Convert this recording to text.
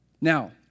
Now